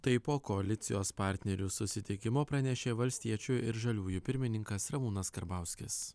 tai po koalicijos partnerių susitikimo pranešė valstiečių ir žaliųjų pirmininkas ramūnas karbauskis